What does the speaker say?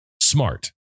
Smart